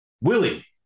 Willie